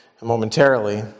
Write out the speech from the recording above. momentarily